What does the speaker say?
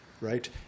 right